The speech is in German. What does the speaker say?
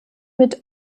mit